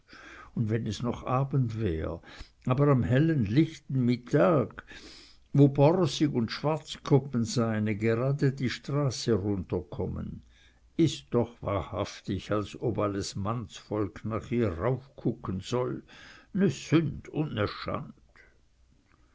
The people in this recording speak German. und wenn es noch abend wär aber am hellen lichten mittag wo borsig und schwarzkoppen seine grade die straße runterkommen is doch wahrhaftig als ob alles mannsvolk nach ihr raufkucken soll ne sünd